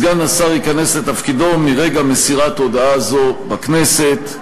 סגן השר ייכנס לתפקידו מרגע מסירת הודעה זו בכנסת,